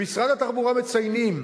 במשרד התחבורה מציינים